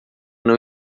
não